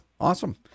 awesome